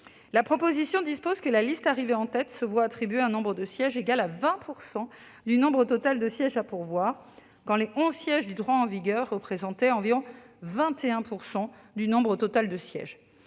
La proposition dispose que la liste arrivée en tête se voit attribuer un nombre de sièges égal à 20 % du nombre total de sièges à pourvoir, quand les onze sièges du droit en vigueur représentaient environ 21 % du nombre total de sièges.